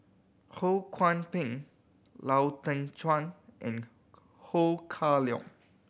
Ho Kwon Ping Lau Teng Chuan and Ho Kah Leong